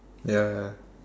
ya ya